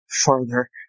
further